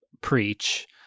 preach